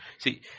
See